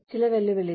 ചില വെല്ലുവിളികൾ